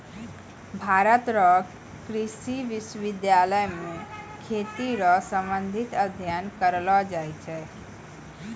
भारत रो कृषि विश्वबिद्यालय मे खेती रो संबंधित अध्ययन करलो जाय छै